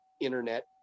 internet